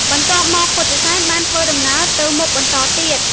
បន្ទាប់មកពុទ្ធិសែនបានធ្វើដំណើរទៅមុខបន្តទៀត។